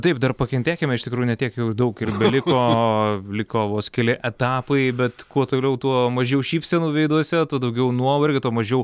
taip dar pakentėkime iš tikrųjų ne tiek jau daug ir liko liko vos keli etapai bet kuo toliau tuo mažiau šypsenų veiduose tuo daugiau nuovargio tuo mažiau